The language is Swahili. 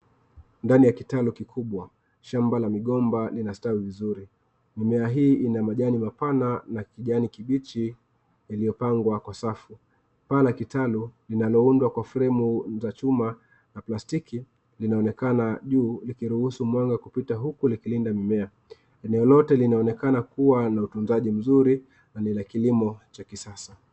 Ndani ya kitanu kikubwa, shamba la migomba linastawi vizuri, mimea hii ina majani mapana na kijani kibichi, iliyopangwa kwa safu, pana tunu zinazoundwa kwa fremu za chuma na plastiki juu, linaonekana likiruhusu mwanga kupita huku likilinda mimea, eneo lote linaonekana kuwa na utunzaji mzuri na ni la kilimo cha kisasa.